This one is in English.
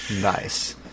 nice